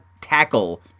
tackle